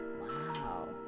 Wow